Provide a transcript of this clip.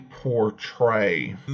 portray